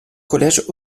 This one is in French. collège